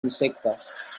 insectes